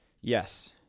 Yes